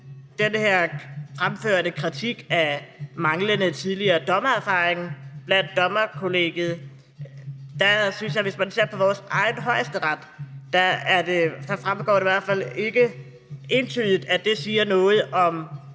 den her fremførte kritik af manglende tidligere dommererfaring blandt dommerkollegiet må sige, at hvis man ser vores egen Højesteret, så fremgår det i hvert fald ikke entydigt, at det siger noget om